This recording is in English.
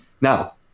Now